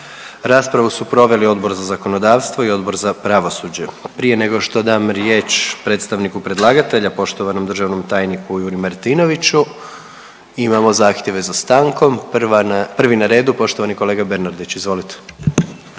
Raspravu su proveli Odbor za zakonodavstvo i Odbor za pravosuđe. Prije nego što dam riječ predstavniku predlagatelja poštovanog državnom tajniku Juri Martinoviću imamo zahtjeve za stankom. Prvi na redu poštovani kolega Bernardić, izvolite.